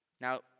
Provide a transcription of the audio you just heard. Now